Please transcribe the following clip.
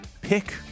pick